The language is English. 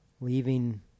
leaving